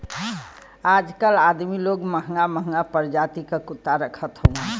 आजकल अदमी लोग महंगा महंगा परजाति क कुत्ता रखत हउवन